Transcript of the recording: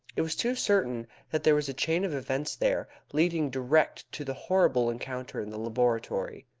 it was too certain that there was a chain of events there leading direct to the horrible encounter in the laboratory.